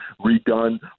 redone